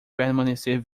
permanecer